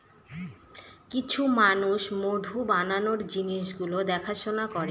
কিছু মানুষ মধু বানানোর জিনিস গুলো দেখাশোনা করে